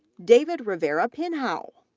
david rivera pinhao,